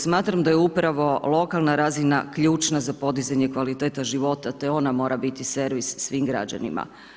Smatram da je upravo lokalna razina ključna za podizanje kvalitete života te ona mora biti servis svim građanima.